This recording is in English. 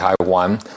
Taiwan